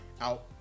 out